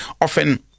often